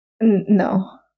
no